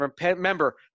Remember